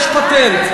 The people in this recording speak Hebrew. יש פטנט,